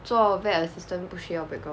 做 vet assistant 不需要 background